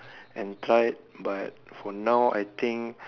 and try it but for now I think